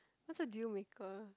what's a deal maker